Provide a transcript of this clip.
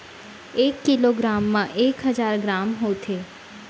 एक kilogram मा एक हजार ग्राम होथे